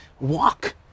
walk